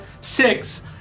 six